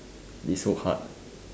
is so hard